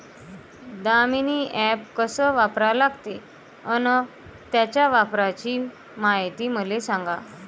Damini app कस वापरा लागते? अन त्याच्या वापराची मायती मले सांगा